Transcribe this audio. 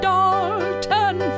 Dalton